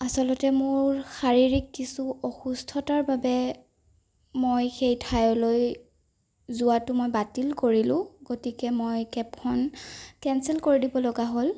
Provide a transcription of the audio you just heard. আচলতে মোৰ শাৰীৰিক কিছু অসুস্থতাৰ বাবে মই সেই ঠাইলৈ যোৱাতো মই বাতিল কৰিলোঁ গতিকে মই কেবখন কেন্সেল কৰি দিব লগা হ'ল